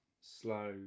slow